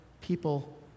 people